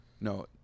No